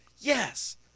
Yes